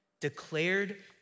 declared